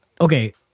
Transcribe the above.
okay